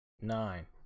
Nine